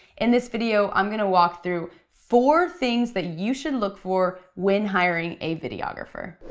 in this video, i'm gonna walk through four things that you should look for when hiring a videographer.